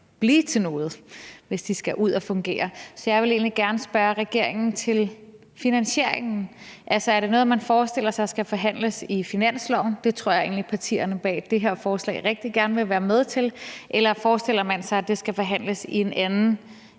blive til noget; hvis de skal ud at fungere. Så jeg vil egentlig gerne spørge regeringen til finansieringen. Altså, er det noget, man forestiller sig skal forhandles i forbindelse med finansloven? Det tror jeg egentlig partierne bag det her forslag rigtig gerne vil være med til. Eller forestiller man sig, at det skal forhandles i en anden